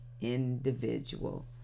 individual